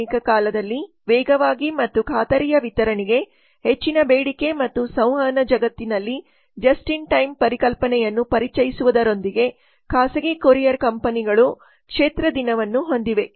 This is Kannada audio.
ಆಧುನಿಕ ಕಾಲದಲ್ಲಿ ವೇಗವಾಗಿ ಮತ್ತು ಖಾತರಿಯ ವಿತರಣೆಗೆ ಹೆಚ್ಚಿನ ಬೇಡಿಕೆ ಮತ್ತು ಸಂವಹನ ಜಗತ್ತಿನಲ್ಲಿ ಜಸ್ಟ್ ಇನ್ ಟೈಮ್ ಪರಿಕಲ್ಪನೆಯನ್ನು ಪರಿಚಯಿಸುವುದರೊಂದಿಗೆ ಖಾಸಗಿ ಕೊರಿಯರ್ ಕಂಪನಿಗಳು ಕ್ಷೇತ್ರ ದಿನವನ್ನು ಹೊಂದಿವೆ